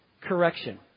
correction